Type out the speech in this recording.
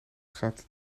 gaat